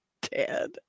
dead